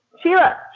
Sheila